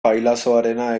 pailazoarena